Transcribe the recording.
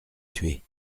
tué